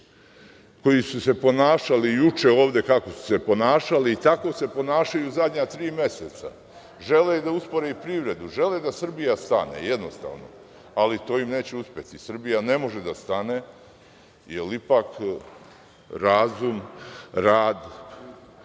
koji su se ponašali juče ovde kako su se ponašali i tako se ponašaju u zadnja tri meseca. Žele da uspore privredu, žele da Srbija jednostavno stane, ali to im neće uspeti. Srbija ne može da stane, jer ipak razum, rad,